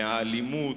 מהאלימות,